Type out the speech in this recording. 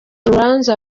rubanza